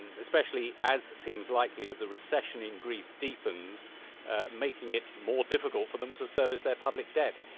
and especially, as seems likely, if the recession in greece deepens making it more difficult for them to service their public debt.